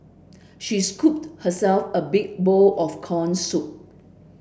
she scooped herself a big bowl of corn soup